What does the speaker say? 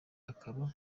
akaba